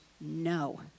no